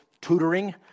tutoring